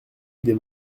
des